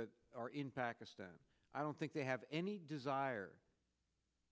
that are in pakistan i don't think they have any desire